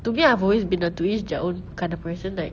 to me I've always been a to each their own kind of person like